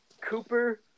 Cooper